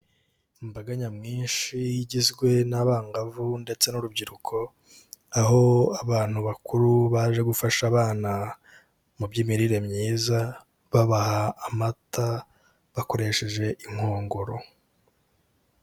Imbaga nyamwinshi igizwe n'abangavu ndetse n'urubyiruko, aho abantu bakuru baje gufasha abana mu by'imirire myiza, babaha amata bakoresheje inkongoro.